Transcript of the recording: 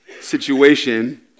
situation